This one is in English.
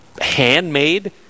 handmade